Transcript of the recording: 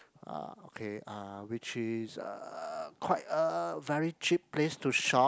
ah okay ah which is uh quite a very cheap place to shop